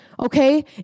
okay